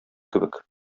кебек